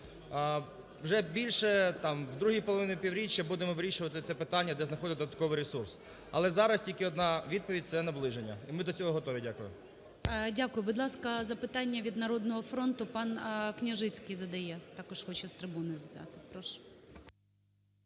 Вже більше там в другій половині півріччя будемо вирішувати це питання де знаходити додатковий ресурс. Але зараз тільки одна відповідь – це наближення і ми до цього готові. Дякую. ГОЛОВУЮЧИЙ. Дякую. Будь ласка, запитання від "Народного фронту" панКняжицький задає. Також хоче з трибуни задати. Прошу.